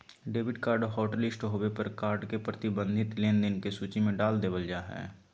debit card hotlist होबे पर card के प्रतिबंधित लेनदेन के सूची में डाल देबल जा हय